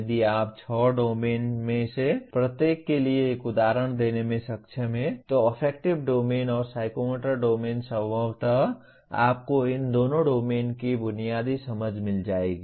यदि आप छह डोमेन में से प्रत्येक के लिए एक उदाहरण देने में सक्षम हैं तो अफेक्टिव डोमेन और साइकोमोटर डोमेन संभवत आपको इन दोनों डोमेन की बुनियादी समझ मिल जाएगी